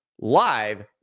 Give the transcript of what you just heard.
live